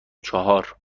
چهار